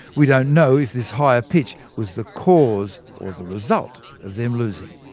we don't know if this higher pitch was the cause or the result of them losing.